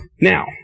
Now